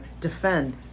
defend